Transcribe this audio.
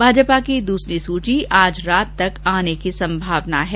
भाजपा की दूसरी सूची आज रात तक आने की संभावना है